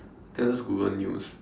just go Google news